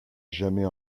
jamais